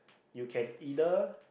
you can either